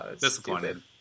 disappointed